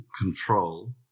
control